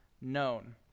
known